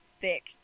thick